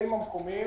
לחקלאים המקומיים